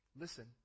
Listen